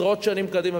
עשרות שנים קדימה,